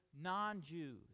non-Jews